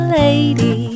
lady